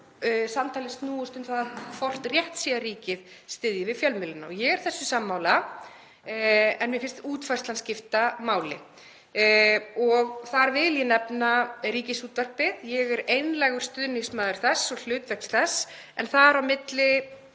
samtalið snúist um hvort rétt sé að ríkið styðji við fjölmiðlana. Og ég er þessu sammála en mér finnst útfærslan skipta máli. Þar vil ég nefna Ríkisútvarpið. Ég er einlægur stuðningsmaður þess og hlutverks þess en á milli